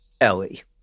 Ellie